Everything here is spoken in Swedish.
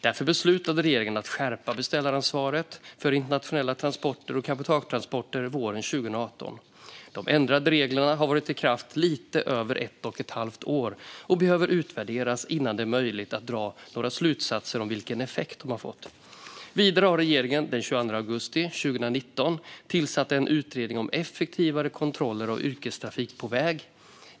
Därför beslutade regeringen att skärpa beställaransvaret för internationella transporter och cabotagetransporter våren 2018. De ändrade reglerna har varit i kraft i lite över ett och ett halvt år och behöver utvärderas innan det är möjligt att dra några slutsatser om vilken effekt de har fått. Vidare tillsatte regeringen den 22 augusti 2019 en utredning om effektivare kontroller av yrkestrafik på väg.